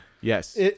Yes